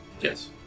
Yes